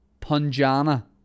punjana